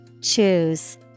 choose